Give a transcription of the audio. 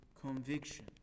conviction